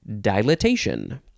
dilatation